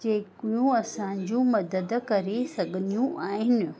जेकियूं असांजी मदद करे सघंदियूं आहिनि